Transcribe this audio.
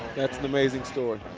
that's an amazing story.